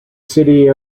city